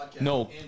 No